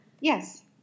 Yes